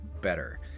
better